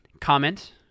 comment